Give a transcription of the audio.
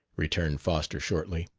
returned foster shortly.